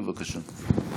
בבקשה.